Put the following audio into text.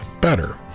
better